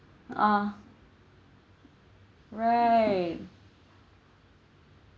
uh right